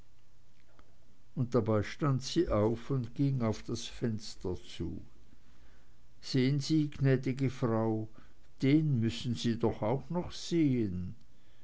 und dabei stand sie auf und ging aufs fenster zu sehen sie gnädige frau den müssen sie doch auch noch sehen